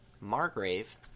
Margrave